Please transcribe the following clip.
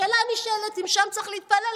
השאלה הנשאלת אם שם צריך להתפלל,